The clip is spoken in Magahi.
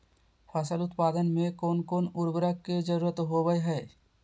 फसल उत्पादन में कोन कोन उर्वरक के जरुरत होवय हैय?